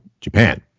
Japan